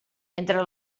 entre